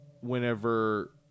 Whenever